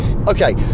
Okay